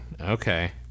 Okay